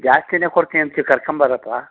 ಜಾಸ್ತಿನೆ ಕೊಡ್ತಿನಂತೆ ಕರ್ಕೊಂಬಾರಪ್ಪ